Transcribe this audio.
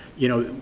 you know,